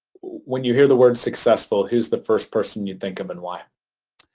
when you hear the word successful, who's the first person you think of and why?